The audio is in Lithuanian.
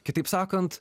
kitaip sakant